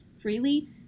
freely